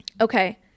okay